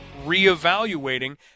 reevaluating